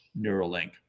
Neuralink